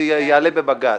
זה יעלה בבג"ץ.